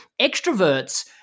extroverts